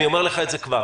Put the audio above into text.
אני אומר לך את זה כבר.